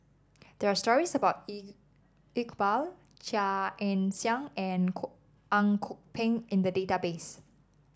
there are stories about Iqbal Chia Ann Siang and Kok Ang Kok Peng in the database